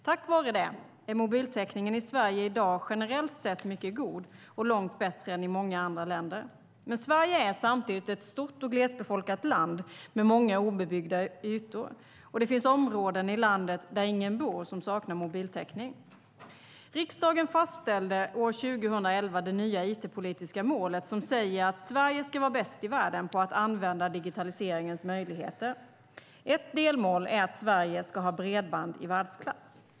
Tack vare det är mobiltäckningen i Sverige i dag generellt sett mycket god och långt bättre än i många andra länder. Men Sverige är samtidigt ett stort och glesbefolkat land med många obebyggda ytor, och det finns områden i landet där ingen bor som saknar mobiltäckning. Riksdagen fastställde år 2011 det nya it-politiska målet som säger att Sverige ska vara bäst i världen på att använda digitaliseringens möjligheter. Ett delmål är att Sverige ska ha bredband i världsklass.